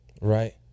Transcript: Right